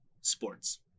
sports